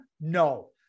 No